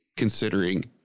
considering